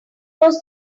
was